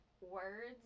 words